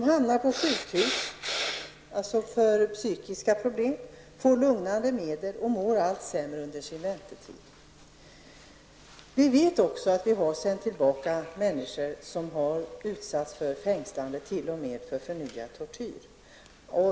De hamnar på sjukhus för psykiska problem, får lugnande medel och mår allt sämre under sin väntetid. Vi vet också att vi har sänt tillbaka människor som satts i fängelse och t.o.m. utsatts för fönyad tortyr.